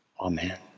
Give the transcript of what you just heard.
amen